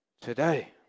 today